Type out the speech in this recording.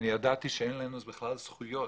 אני ידעתי אין לנו בכלל זכויות.